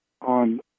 on